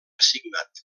assignat